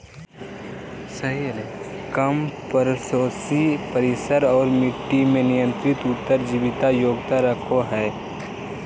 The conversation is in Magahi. कम परपोषी परिसर और मट्टी में नियंत्रित उत्तर जीविता योग्यता रखो हइ